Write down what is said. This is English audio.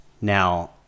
Now